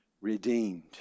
redeemed